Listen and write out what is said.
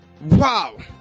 wow